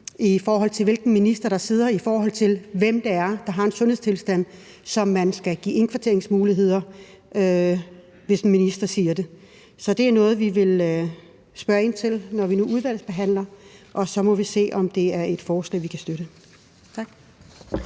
i forhold til, hvilken minister der sidder, hvad angår hvem det er, der har en sundhedstilstand, der er sådan, at man skal give indkvarteringsmuligheder, hvis en minister siger det. Så det er noget, vi vil spørge ind til, når vi nu udvalgsbehandler, og så må vi se, om det er et forslag, vi kan støtte. Tak.